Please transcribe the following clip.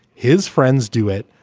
his friends do it.